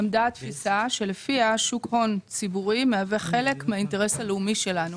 עמדה התפיסה שלפיה שוק הון ציבורי מהווה חלק מהאינטרס הלאומי שלנו